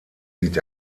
sieht